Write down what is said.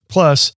Plus